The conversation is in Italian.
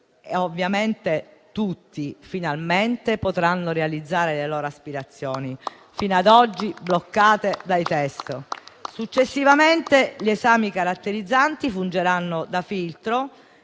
ovviamente tutti finalmente potranno realizzare le loro aspirazioni, fino ad oggi bloccate dai test. Successivamente, gli esami caratterizzanti fungeranno da filtro,